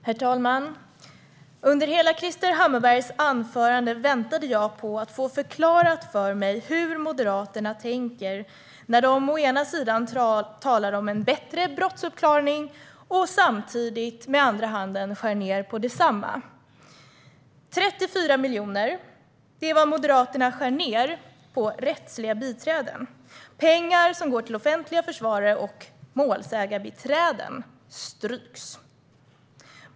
Herr talman! Under hela Krister Hammarberghs anförande väntade jag på att få förklarat för mig hur Moderaterna tänker när de talar om bättre brottsuppklaring och samtidigt skär ned på densamma. 34 miljoner - det är vad Moderaterna skär ned med på rättsliga biträden. Pengar som går till offentliga försvarare och målsägarbiträden stryks.